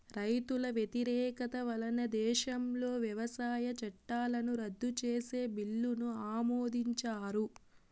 రైతుల వ్యతిరేకత వలన దేశంలో వ్యవసాయ చట్టాలను రద్దు చేసే బిల్లును ఆమోదించారు